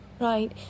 Right